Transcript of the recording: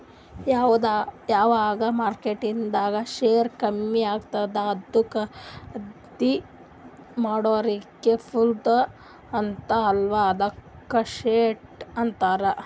ಯಾವಗ್ ಮಾರ್ಕೆಟ್ದು ಶೇರ್ ಕಮ್ಮಿ ಆತ್ತುದ ಅದು ಖರ್ದೀ ಮಾಡೋರಿಗೆ ಫೈದಾ ಆತ್ತುದ ಅಲ್ಲಾ ಅದುಕ್ಕ ಶಾರ್ಟ್ ಅಂತಾರ್